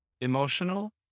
emotional